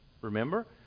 remember